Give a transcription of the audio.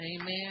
Amen